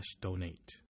Donate